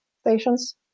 stations